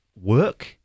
work